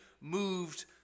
moved